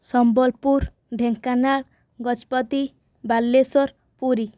Sambalpur Dhenkanal Gajapati Balasore Puri